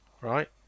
right